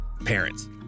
Parents